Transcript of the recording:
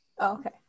Okay